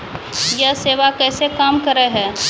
यह सेवा कैसे काम करै है?